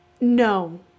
No